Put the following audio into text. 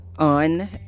On